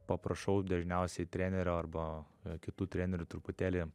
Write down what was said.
paprašau dažniausiai trenerio arba kitų trenerių truputėlį